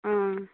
ആ